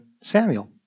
Samuel